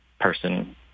person